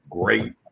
Great